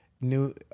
New